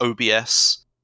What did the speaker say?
OBS